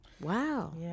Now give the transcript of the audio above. Wow